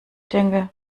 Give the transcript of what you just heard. denke